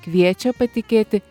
kviečia patikėti